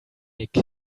nick